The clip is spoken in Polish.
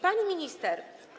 Pani Minister!